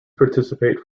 participate